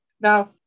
Now